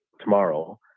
tomorrow